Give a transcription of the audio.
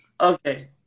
Okay